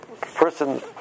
person